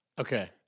Okay